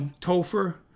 Topher